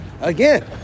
Again